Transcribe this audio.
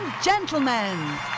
Gentlemen